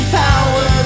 power